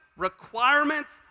Requirements